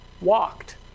walked